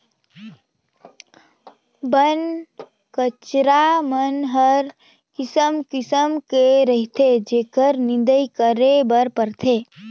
बन कचरा मन हर किसिम किसिम के रहथे जेखर निंदई करे बर परथे